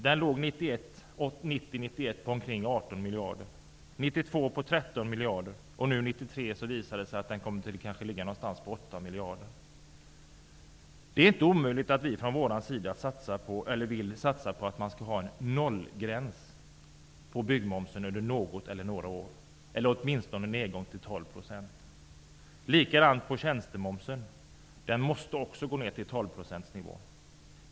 De låg åren 1990 och 1991 på omkring kommer den kanske att ligga någonstans på 8 miljarder. Det är inte omöjligt att vi från vår sida kommer att förespråka en 0-gräns på byggmomsen under något eller några år, eller åtminstone en nedgång till 12 %. Likadant är det med tjänstemomsen. Den måste ner till 12 procentsnivån.